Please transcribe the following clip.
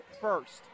first